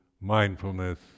mindfulness